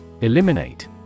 Eliminate